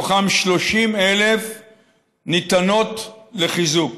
מתוכן 30,000 ניתנות לחיזוק,